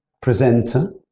presenter